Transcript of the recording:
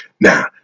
now